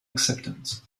acceptance